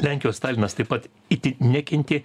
lenkijos stalinas taip pat itin nekentė